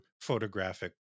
photographic